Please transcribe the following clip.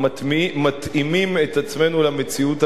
אנחנו מתאימים את עצמנו למציאות המשתנה.